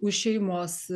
už šeimos